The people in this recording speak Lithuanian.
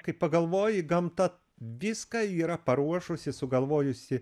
kai pagalvoji gamta viską yra paruošusi sugalvojusi